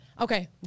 Okay